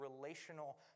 relational